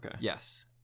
yes